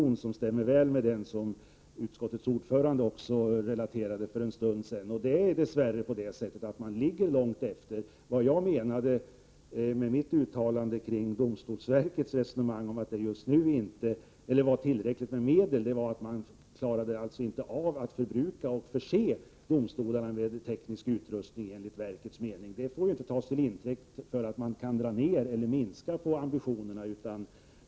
Den beskrivningen stämmer väl överens med den beskrivning som utskottets ordförande för en stund sedan relaterade. Dess värre ligger man långt efter arbetsmässigt. Vad jag menade med mitt uttalande om domstolsverkets resonemang om att det inte fanns tillräckligt med medel var att man inte klarade av att förse domstolarna med teknisk utrustning, enligt verket. Detta får dock inte tas till intäkt för att man kan sänka ambitionerna.